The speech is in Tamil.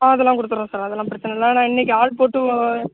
ஆ அதெல்லாம் கொடுத்துட்றேன் சார் அதெல்லாம் பிரச்சனை இல்லை ஆனால் இன்னைக்கு ஆள் போட்டு